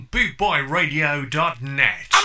Bootboyradio.net